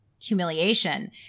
humiliation